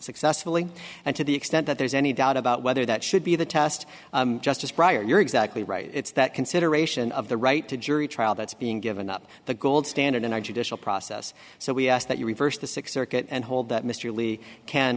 successfully and to the extent that there's any doubt about whether that should be the test just as prior you're exactly right it's that consideration of the right to jury trial that's being given up the gold standard in our judicial process so we ask that you reverse the sixth circuit and hold that mr lee can